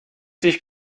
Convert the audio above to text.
dich